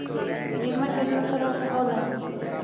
बीमा केतना तरह के होला?